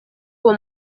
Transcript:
uwo